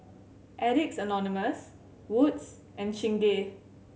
Addicts Anonymous Wood's and Chingay